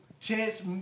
Chance